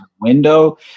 window